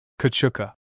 Kachuka